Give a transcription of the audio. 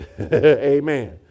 Amen